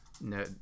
no